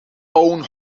own